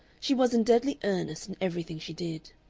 she was in deadly earnest in everything she did.